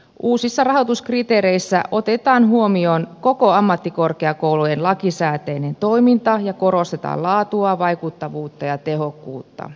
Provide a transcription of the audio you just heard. uusissa rahoituskriteereissä otetaan huomioon koko ammattikorkeakoulujen lakisääteinen toiminta ja korostetaan laatua vaikuttavuutta ja tehokkuutta